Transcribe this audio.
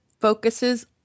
focuses